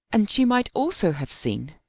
and she might also have seen,